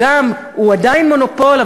הוא עדיין מונופול,